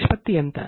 నిష్పత్తి ఎంత